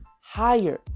higher